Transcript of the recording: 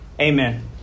Amen